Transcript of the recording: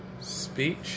speech